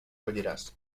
colliràs